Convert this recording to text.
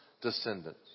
descendants